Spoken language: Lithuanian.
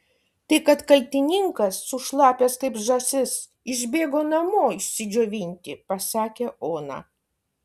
tai kad kaltininkas sušlapęs kaip žąsis išbėgo namo išsidžiovinti pasakė ona